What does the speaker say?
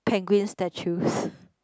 penguins statues